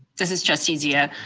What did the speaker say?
this is jesse zia.